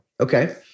Okay